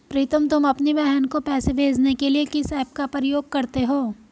प्रीतम तुम अपनी बहन को पैसे भेजने के लिए किस ऐप का प्रयोग करते हो?